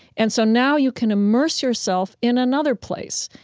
and so now you can immerse yourself in another place,